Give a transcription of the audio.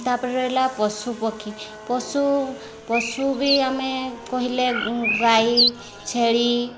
ତା'ପରେ ରହିଲା ପଶୁପକ୍ଷୀ ପଶୁ ପଶୁ ବି ଆମେ କହିଲେ ଗାଈ ଛେଳି